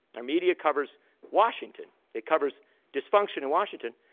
our media covers washington. it covers dysfunction in washington.